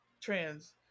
trans